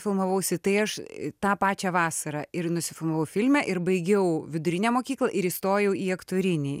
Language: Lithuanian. filmavausi tai aš tą pačią vasarą ir nusifilmavau filme ir baigiau vidurinę mokyklą ir įstojau į aktorinį